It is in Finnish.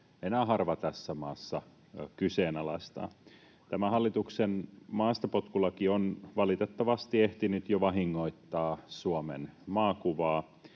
enää harva tässä maassa kyseenalaistaa. Tämä hallituksen maastapotkulaki on valitettavasti ehtinyt jo vahingoittaa Suomen maakuvaa.